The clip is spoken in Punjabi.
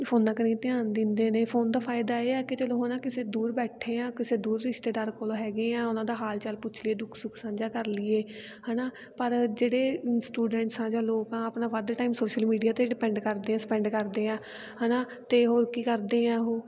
ਫੋਨਾਂ ਕਨੀ ਧਿਆਨ ਦਿੰਦੇ ਨੇ ਫੋਨ ਦਾ ਫਾਇਦਾ ਇਹ ਆ ਕਿ ਚਲੋ ਹੈ ਨਾ ਕਿਸੇ ਦੂਰ ਬੈਠੇ ਆ ਕਿਸੇ ਦੂਰ ਰਿਸ਼ਤੇਦਾਰਾਂ ਕੋਲ ਹੈਗੇ ਆ ਉਹਨਾਂ ਦਾ ਹਾਲ ਚਾਲ ਪੁੱਛ ਲਈਏ ਦੁੱਖ ਸੁੱਖ ਸਾਂਝਾ ਕਰ ਲਈਏ ਹੈ ਨਾ ਪਰ ਜਿਹੜੇ ਸਟੂਡੈਂਟਸ ਆ ਜਾਂ ਲੋਕ ਆ ਆਪਣਾ ਵੱਧ ਟਾਈਮ ਸੋਸ਼ਲ ਮੀਡੀਆ 'ਤੇ ਡਿਪੈਂਡ ਕਰਦੇ ਆ ਸਪੈਂਡ ਕਰਦੇ ਆ ਹੈ ਨਾ ਅਤੇ ਹੋਰ ਕੀ ਕਰਦੇ ਆ ਉਹ